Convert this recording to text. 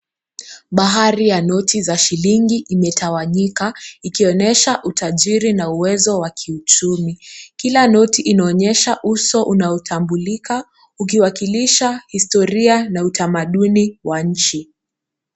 Bahari ya noti za shilingi imetawanyika ikionyesha utajiri na uwezo wa kiuchumi. Kila noti inaonyésha uso unaotambulika ukiwakilisha historia na utamaduni wa nchi.